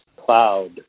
cloud